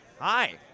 Hi